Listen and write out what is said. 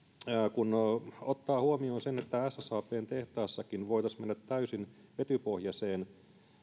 kun ottaa huomioon sen että ssabn tehtaassakin voitaisiin mennä täysin vetypohjaiseen